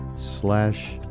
slash